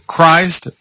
Christ